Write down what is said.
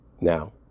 Now